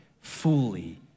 fully